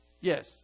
Yes